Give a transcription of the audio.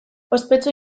ospetsu